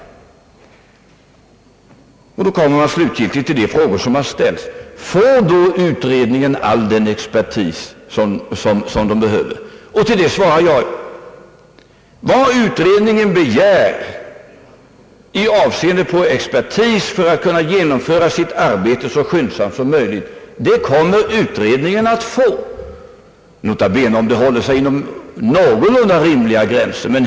Slutligen kommer man då fram till frågan: Får då utredningen all den expertis, som den behöver? Till det svarar jag, att vad utredningen begär i fråga om expertis för att kunna genomföra sitt arbete så skyndsamt som möjligt kommer den att få, nota bene om den håller sig inom någorlunda rimliga gränser.